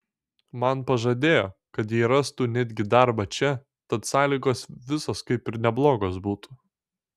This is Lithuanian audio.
man pažadėjo kad jai rastų netgi darbą čia tad sąlygos visos kaip ir neblogos būtų